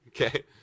okay